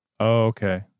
Okay